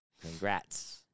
Congrats